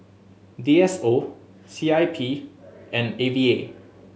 D S O C I P and A V A